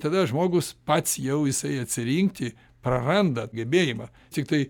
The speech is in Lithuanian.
tada žmogus pats jau jisai atsirinkti praranda gebėjimą tiktai